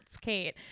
Kate